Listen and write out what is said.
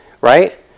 Right